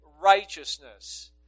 righteousness